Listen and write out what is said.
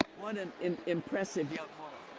what an an impressive young woman.